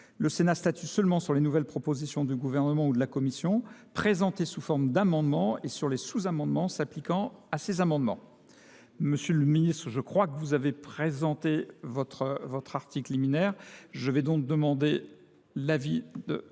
Le Sénat statue seulement sur les nouvelles propositions du gouvernement ou de la Commission, présentées sous forme d'amendements et sur les sous-amendements s'appliquant à ces amendements. Monsieur le ministre, je crois que vous avez présenté votre article liminaire. Je vais donc demander l'avis de